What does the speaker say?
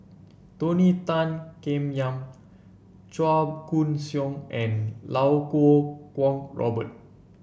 Tony Tan Keng Yam Chua Koon Siong and Iau Kuo Kwong Robert